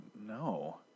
no